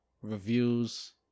reviews